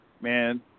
Man